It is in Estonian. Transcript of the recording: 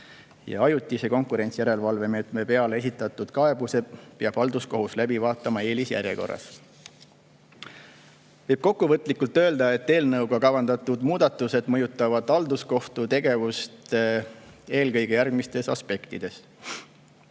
Ajutise konkurentsijärelevalvemeetme peale esitatud kaebused peab halduskohus läbi vaatama eelisjärjekorras. Võib kokkuvõtlikult öelda, et eelnõuga kavandatud muudatused mõjutavad halduskohtu tegevust eelkõige järgmistes aspektides: